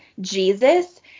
jesus